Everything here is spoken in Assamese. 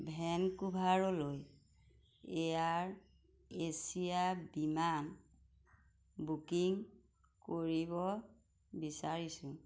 ভেনকুভাৰলৈ এয়াৰ এছিয়া বিমান বুকিং কৰিব বিচাৰিছোঁ